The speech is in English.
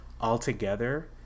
altogether